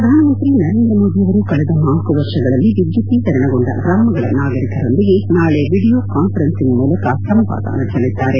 ಪ್ರಧಾನ ಮಂತ್ರಿ ನರೇಂದ್ರಮೋದಿಯವರು ಕಳೆದ ನಾಲ್ಡು ವರ್ಷಗಳಲ್ಲಿ ವಿದ್ಯುದೀಕರಣಗೊಂಡ ಗ್ರಾಮಗಳ ನಾಗರಿಕರೊಂದಿಗೆ ನಾಳೆ ವಿಡಿಯೋ ಕಾನ್ಫರನ್ಸಿಂಗ್ ಮೂಲಕ ಸಂವಾದ ನಡೆಸಲಿದ್ದಾರೆ